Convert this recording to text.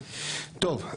טוב.